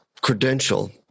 credential